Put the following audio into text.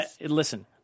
Listen